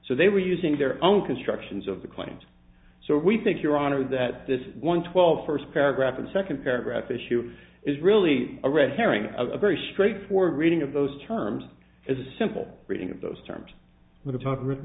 so they were using their own constructions of the coin and so we think your honor that this one twelve first paragraph and second paragraph issue is really a red herring of a very straightforward reading of those terms as a simple reading of those terms with a talk written